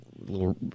little